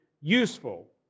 useful